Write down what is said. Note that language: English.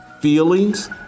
Feelings